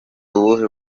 uwuhe